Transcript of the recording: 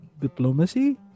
diplomacy